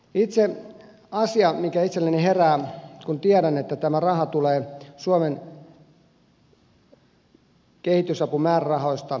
itse asia joka itselleni herää kun tiedän että tämä raha tulee suomen kehitysapumäärärahoista